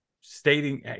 stating